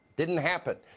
didn't happen.